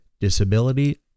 disability